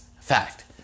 Fact